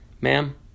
Ma'am